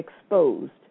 exposed